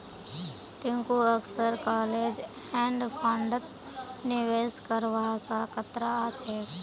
टिंकू अक्सर close end फंडत निवेश करवा स कतरा छेक